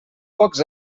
pocs